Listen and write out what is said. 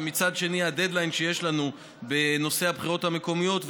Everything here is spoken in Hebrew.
ומצד שני הדדליין שיש לנו בנושא הבחירות המקומיות,